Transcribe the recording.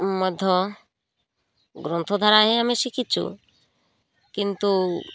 ମଧ୍ୟ ଗ୍ରନ୍ଥଧାରା ହିଁ ଆମେ ଶିଖିଛୁ କିନ୍ତୁ